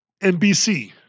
NBC